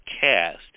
cast